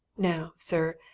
now, sir,